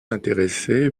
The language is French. intéressé